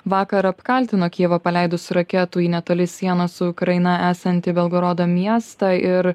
vakar apkaltino kijivą paleidus raketų į netoli sienos su ukraina esantį belgorodo miestą ir